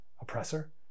oppressor